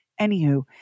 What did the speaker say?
Anywho